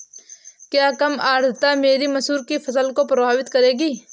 क्या कम आर्द्रता से मसूर की फसल प्रभावित होगी?